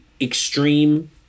extreme